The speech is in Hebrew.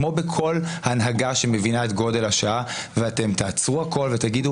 כמו בכל הנהגה שמבינה את גודל השעה ואתם תעצרו הכול ותגידו